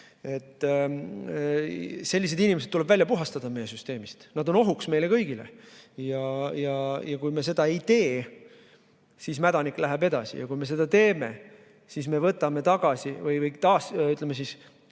sellised inimesed tuleks välja puhastada meie süsteemist. Nad on ohuks meile kõigile. Kui me seda ei tee, siis mädanik läheb edasi, ja kui me seda teeme, siis me võtame tagasi või, ütleme,